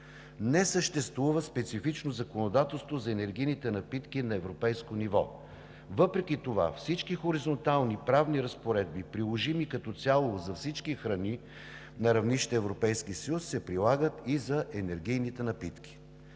Не съществува специфично законодателство за енергийните напитки на европейско ниво. Въпреки това всички хоризонтални правни разпоредби, приложими като цяло за всички храни на равнище Европейски съюз, се прилагат и за енергийните напитки.